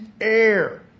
air